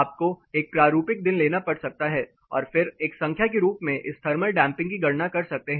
आपको एक प्रारूपिक दिन लेना पड़ सकता है और फिर एक संख्या के रूप में इस थर्मल डैंपिंग की गणना कर सकते हैं